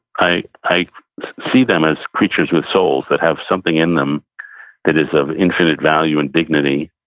i i see them as creatures with souls that have something in them that is of infinite value and dignity,